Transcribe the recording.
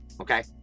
okay